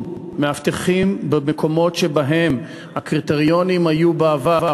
מספר המאבטחים במקומות שלגביהם היו קריטריונים בעבר.